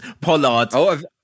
Pollard